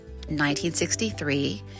1963